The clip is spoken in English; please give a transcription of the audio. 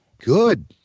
Good